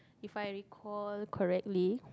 if I recall correctly